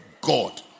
God